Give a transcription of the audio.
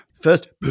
first